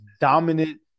dominant